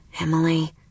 Emily